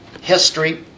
history